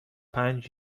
پنج